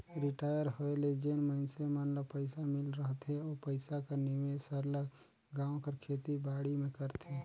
retire होए ले जेन मइनसे मन ल पइसा मिल रहथे ओ पइसा कर निवेस सरलग गाँव कर खेती बाड़ी में करथे